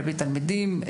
כלפי תלמידים,